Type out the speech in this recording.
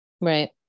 Right